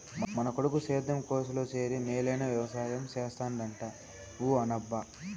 మన కొడుకు సేద్యం కోర్సులో చేరి మేలైన వెవసాయం చేస్తాడంట ఊ అనబ్బా